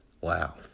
Wow